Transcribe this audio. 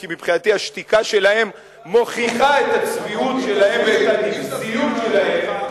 כי מבחינתי השתיקה שלהם מוכיחה את הצביעות שלהם ואת הנבזיות שלהם,